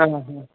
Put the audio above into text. हां हां